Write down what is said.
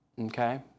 okay